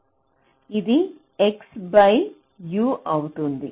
ఇది XU అవుతుంది